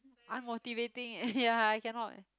unmotivating and ya I cannot